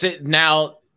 Now